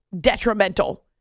detrimental